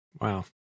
Wow